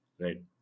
right